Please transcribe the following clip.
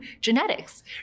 genetics